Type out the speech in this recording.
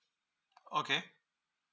okay